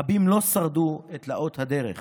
רבים לא שרדו את תלאות הדרך